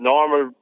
Normal